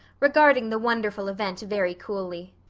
regarding the wonderful event very coolly.